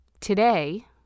today